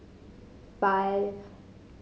five